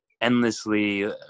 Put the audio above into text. Endlessly